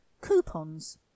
Coupons